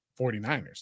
49ers